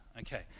Okay